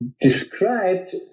described